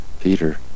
Peter